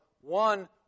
one